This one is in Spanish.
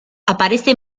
aparece